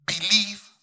believe